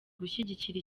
gushyigikira